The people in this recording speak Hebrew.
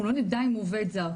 אנחנו לא נדע אם הוא עובד זר.